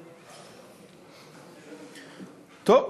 טוב.